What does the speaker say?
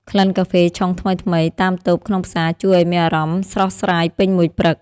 ក្លិនកាហ្វេឆុងថ្មីៗតាមតូបក្នុងផ្សារជួយឱ្យមានអារម្មណ៍ស្រស់ស្រាយពេញមួយព្រឹក។